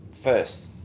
first